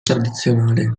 tradizionale